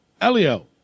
Elio